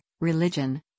religion